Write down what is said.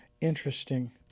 Interesting